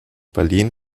berlin